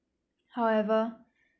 however